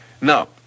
now